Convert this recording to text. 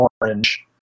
orange